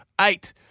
Eight